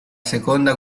seconda